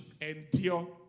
endure